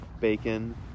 bacon